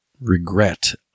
regret